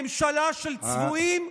ממשלה של צבועים.